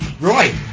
Right